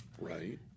right